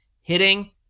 hitting